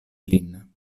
lin